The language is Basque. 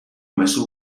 mezu